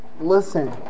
listen